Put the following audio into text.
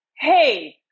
hey